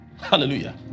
hallelujah